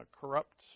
corrupt